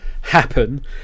happen